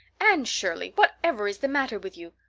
anne shirley, whatever is the matter with you?